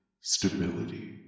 stability